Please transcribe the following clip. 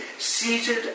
Seated